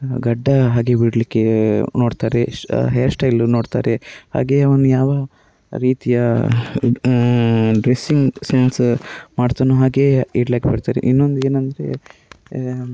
ಗಡ್ಡ ಹಾಗೆ ಬಿಡಲಿಕ್ಕೆ ನೋಡ್ತಾರೆ ಹೇರ್ಶ್ಟೈಲು ನೋಡ್ತಾರೆ ಹಾಗೆಯೇ ಅವನು ಯಾವ ರೀತಿಯ ಡ್ರೆಸ್ಸಿಂಗ್ ಸೆನ್ಸ ಮಾಡ್ತಾನೊ ಹಾಗೆಯೇ ಇನ್ನೊಂದು ಏನಂದರೆ